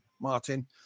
martin